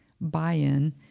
buy-in